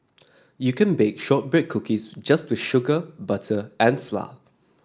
you could bake shortbread cookies just with sugar butter and flour